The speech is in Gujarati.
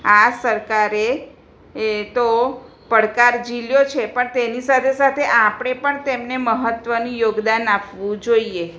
આ સરકારે એ તો પડકાર ઝીલ્યો છે પણ તેની સાથે સાથે આપણે પણ તેને મહત્ત્વની યોગદાન આપવું જોઈએ